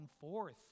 forth